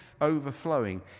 overflowing